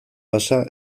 pasa